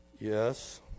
yes